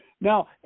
Now